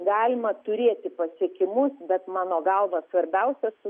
galima turėti pasiekimus bet mano galva svarbiausias